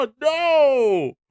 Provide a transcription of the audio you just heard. no